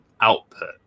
output